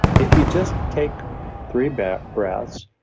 if you just take three but breaths,